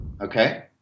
Okay